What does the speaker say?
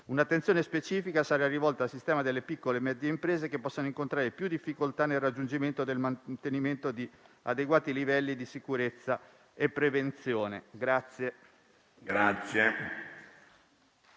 Un'attenzione specifica sarà rivolta al sistema delle piccole e medie imprese, che possono incontrare più difficoltà nel raggiungimento e nel mantenimento di adeguati livelli di sicurezza e prevenzione.